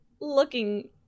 looking